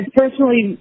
personally